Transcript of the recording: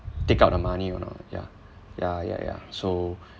take out the money you know ya ya ya ya so